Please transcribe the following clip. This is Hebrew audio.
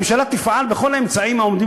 "הממשלה תפעל בכל האמצעים העומדים